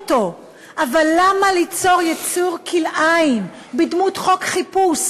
אבל למה ליצור ייצור כלאיים בדמות חוק חיפוש?